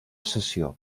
sessió